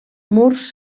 murs